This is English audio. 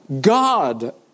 God